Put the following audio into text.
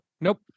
nope